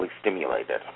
stimulated